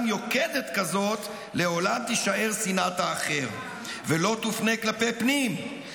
יוקדת כזאת לעולם תישאר שנאת ה'אחר' ולא תופנה כלפי פנים,